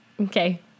Okay